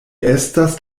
estas